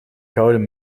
gouden